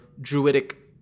druidic